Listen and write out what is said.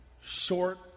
Short